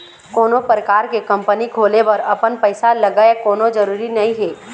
कोनो परकार के कंपनी खोले बर अपन पइसा लगय कोनो जरुरी नइ हे